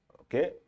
Okay